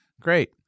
great